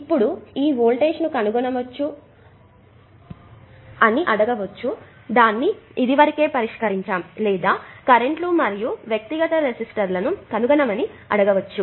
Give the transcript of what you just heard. ఇప్పుడు ఈ వోల్టేజ్ ని కనుగొనమని అడగవచ్చు దాన్ని ఇదివరకే పరిష్కరించాము లేదా కరెంట్ లు మరియు వ్యక్తిగత రెసిస్టర్లను కనుగొనమని అడగవచ్చు